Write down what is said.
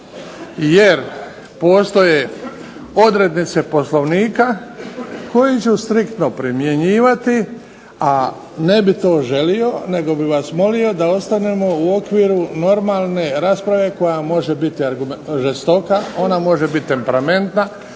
jer postoje odrednice Poslovnika koji ću striktno primjenjivati, a ne bih to želio nego bi vas molio da ostanemo u okviru normalne rasprave koja može biti žestoka, ona može biti temperamentna,